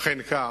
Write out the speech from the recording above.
אכן כך,